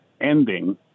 ending